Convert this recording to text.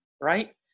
right